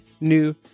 new